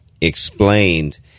explained